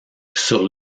sur